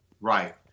Right